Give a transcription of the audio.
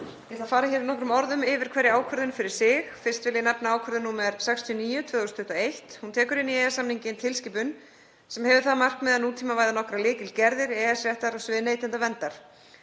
að fara nokkrum orðum yfir hverja ákvörðun fyrir sig. Fyrst vil ég nefna ákvörðun nr. 69/2021. Hún tekur inn í EES-samninginn tilskipun sem hefur það að markmiði að nútímavæða nokkrar lykilgerðir EES-réttar á sviði neytendaverndar.